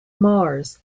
mars